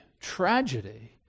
tragedy